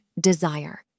Desire